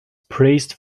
praised